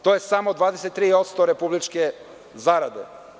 To je samo 23% republičke zarade.